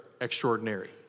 extraordinary